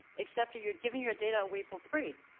except you're giving your data away for free.